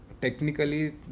technically